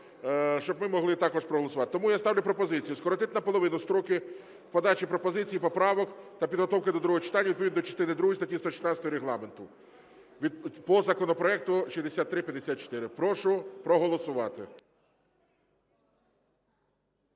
щоб ми могли також проголосувати. Тому я ставлю пропозицію скоротити наполовину строки подачі пропозицій і поправок та підготовки до другого читання відповідно частини другої статті 116 Регламенту по законопроекту 6354. Прошу проголосувати.